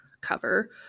cover